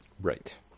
Right